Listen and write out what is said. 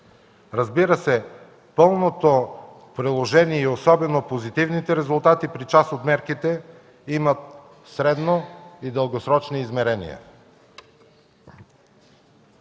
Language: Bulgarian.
Разбира се, пълното приложение и особено позитивните резултати при част от мерките имат средно и дългосрочни измерения.